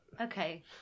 Okay